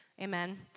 Amen